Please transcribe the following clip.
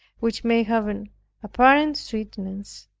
which may have an apparent sweetness,